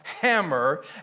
hammer